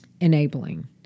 enabling